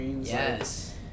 yes